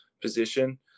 position